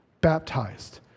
baptized